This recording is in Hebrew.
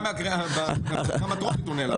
גם מהטרומית הוא נעלם.